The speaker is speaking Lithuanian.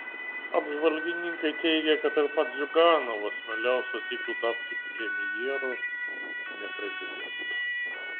apžvalgininkai teigia kad ir pats ziuganovas mieliau sutiktų tapti premjeru o ne prezidentu